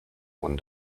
one